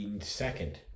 Second